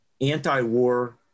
anti-war